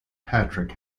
patrick